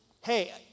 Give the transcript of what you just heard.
hey